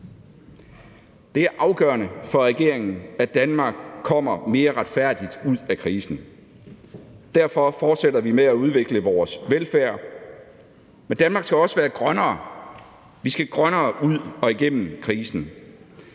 Det er afgørende for regeringen, at Danmark kommer mere retfærdigt ud af krisen. Derfor fortsætter vi med at udvikle vores velfærd, men Danmark skal også være grønnere. Vi skal grønnere ud af og igennem krisen,